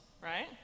right